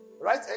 Right